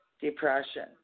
depression